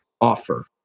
offer